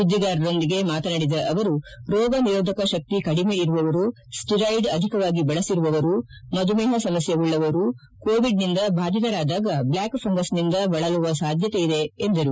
ಸುದ್ದಿಗಾರರೊಂದಿಗೆ ಮಾತನಾಡಿದ ಅವರು ರೋಗ ನಿರೋಧಕ ಶಕ್ತಿ ಕಡಿಮೆ ಇರುವವರು ಸ್ಪೀರಾಯಿಡ್ ಅಧಿಕವಾಗಿ ಬಳಸಿರುವವರು ಮಧುಮೇಹ ಸಮಸ್ನೆ ಉಳ್ಳವರು ಕೋವಿಡ್ನಿಂದ ಬಾಧಿತರಾದಾಗ ಬ್ಞಾಕ್ ಫಂಗಸ್ನಿಂದ ಬಳಲುವ ಸಾಧ್ಯತೆ ಇದೆ ಎಂದರು